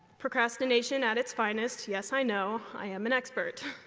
procrastination at its finest, yes, i know. i am an expert.